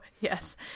Yes